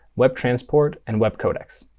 webtransport, and webcodecs.